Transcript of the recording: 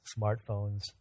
smartphones